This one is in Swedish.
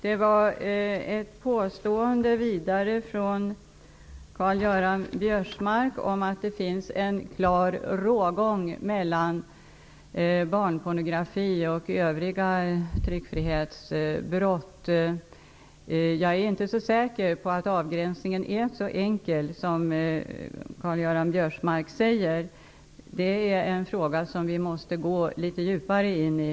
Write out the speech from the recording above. Karl-Göran Biörsmark påstod vidare att det finns en klar rågång mellan barnpornografi och övriga tryckfrihetsbrott. Jag är inte så säker på att avgränsningen är så enkel som Karl-Göran Biörsmark säger. Det är en fråga som vi måste gå litet djupare in i.